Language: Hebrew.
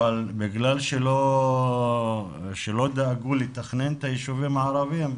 אבל בגלל שלא דאגו לתכנן את היישובים הערבים,